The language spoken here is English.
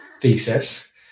thesis